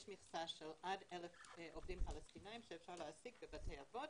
יש מכסה של עד 1,000 עובדים פלסטינים שאפשר להעסיק בבתי אבות,